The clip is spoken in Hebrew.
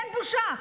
אין בושה.